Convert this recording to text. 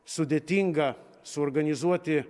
sudėtinga suorganizuoti